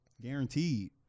Guaranteed